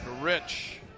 Rich